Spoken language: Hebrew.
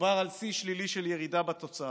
מדובר על שיא שלילי של ירידה בתוצר.